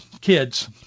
kids